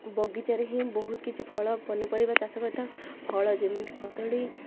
ବଗିଚାରେ ହିଁ ବହୁତ କିଛି ଫଳ ପନିପରିବା ଚାଷ କରିଥାଉ ଫଳ ଯେମିତି କଦଳୀ